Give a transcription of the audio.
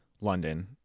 London